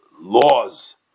laws